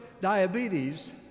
diabetes